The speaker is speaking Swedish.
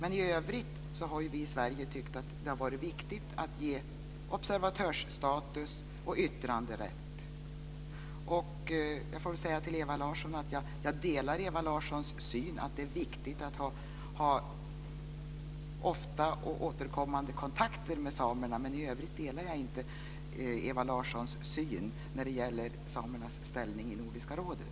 I övrigt har vi i Sverige tyckt att det har varit viktigt att ge observatörsstatus och yttranderätt. Jag delar Ewa Larssons syn att det är viktigt att ha ofta återkommande kontakter med samerna. Men i övrigt delar jag inte Ewa Larssons syn på samernas ställning i Nordiska rådet.